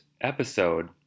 episode